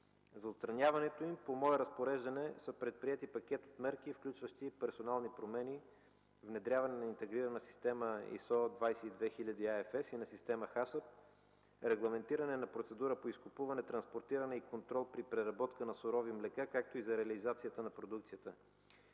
За отстраняването им по мое разпореждане са предприети пакет от мерки, включващи персонални промени, внедряване на интегрирана система ISO 22000 (AFs) и на система HACCP, регламентиране на процедура по изкупуване, транспортиране и контрол при преработка на сурови млека, както и за реализацията на продукцията.